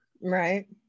Right